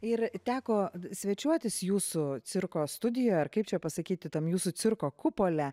ir teko svečiuotis jūsų cirko studijoje ar kaip čia pasakyti tam jūsų cirko kupole